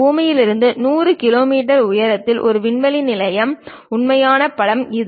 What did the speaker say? பூமியிலிருந்து 100 கிலோமீட்டர் உயரத்தில் ஒரு விண்வெளி நிலையத்தின் உண்மையான படம் இது